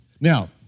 Now